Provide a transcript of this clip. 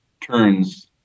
turns